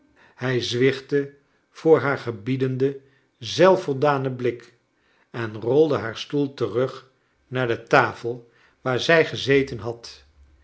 hij zwichtte voor haar gebiedenden zelfvoldanen blik en rolde haar stoel terug naar de tafel waar zij gezeten had